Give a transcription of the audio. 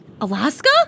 Alaska